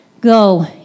Go